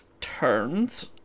turns